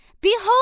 Behold